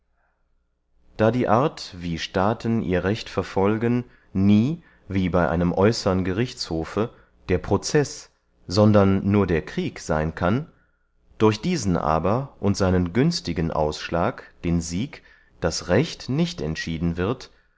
da die art wie staaten ihr recht verfolgen nie wie bey einem äußern gerichtshofe der proceß sondern nur der krieg seyn kann durch diesen aber und seinen günstigen ausschlag den sieg das recht nicht entschieden wird